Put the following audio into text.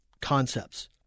concepts